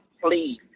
please